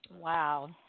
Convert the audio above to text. wow